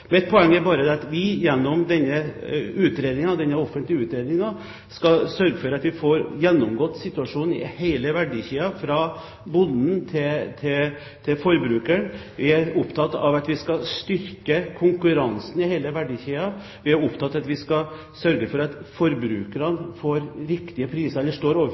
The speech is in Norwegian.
Mitt poeng er at vi gjennom denne offentlige utredningen skal sørge for at vi får gjennomgått situasjonen i hele verdikjeden, fra bonden til forbrukeren. Vi er opptatt av at vi skal styrke konkurransen i hele verdikjeden. Vi er opptatt av at vi skal sørge for at forbrukerne står overfor riktige priser,